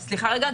סליחה, רגע.